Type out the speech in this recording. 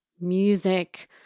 music